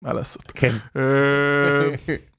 מה לעשות? כן.